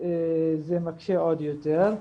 זה מקשה עוד יותר.